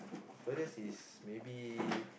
furthest is maybe